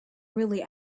really